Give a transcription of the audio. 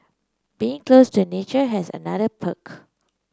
being close to a nature has another perk